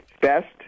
Best